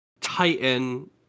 Titan